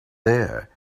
there